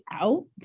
out